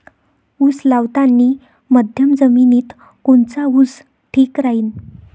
उस लावतानी मध्यम जमिनीत कोनचा ऊस ठीक राहीन?